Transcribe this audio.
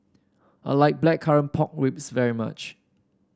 I like Blackcurrant Pork Ribs very much